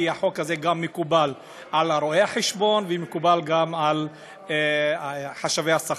כי החוק הזה גם מקובל על רואי החשבון והוא מקובל גם על חשבי השכר.